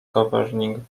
governing